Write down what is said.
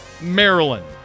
Maryland